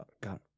God